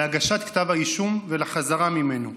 להגשת כתב האישום ולחזרה ממנו.